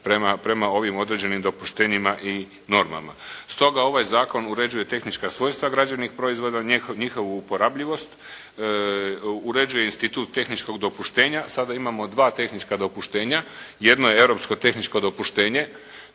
prema ovim određenim dopuštenjima i normama. Stoga ovaj zakon uređuje tehnička svojstva građevnih proizvoda, njihovu uporabljivost, uređuje institut tehničkog dopuštenja. Sada imamo dva tehnička dopuštenja. Jedno je europsko tehničko dopuštenje.